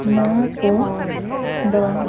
ᱱᱚᱶᱟ ᱠᱚ ᱫᱚ